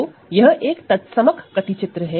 तो यह एक आइडेंटिटी मैप है